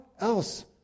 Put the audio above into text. else